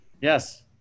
Yes